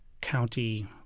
county